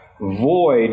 void